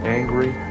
angry